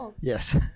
Yes